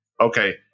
Okay